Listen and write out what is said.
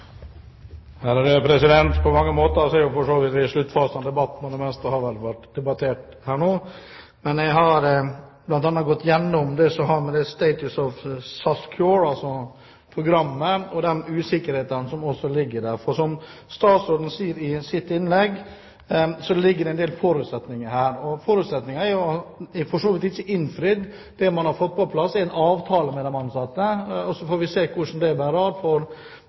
det meste har vel vært debattert. Jeg har bl.a. gått gjennom det som har med status for SAS Core å gjøre – altså programmet – og de usikkerhetene som ligger der. Som statsråden sier i sitt innlegg, ligger det en del forutsetninger her. Forutsetningene er for så vidt ikke innfridd. Det man har fått på plass, er en avtale med de ansatte, og så får vi se hvor det bærer av sted, for det er jo i disse dager og framover at det bl.a. skal gjennomføres lønnsforhandlinger etc. Vi vil da få se hvordan det